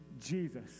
Jesus